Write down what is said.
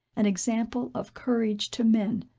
an example of courage to men,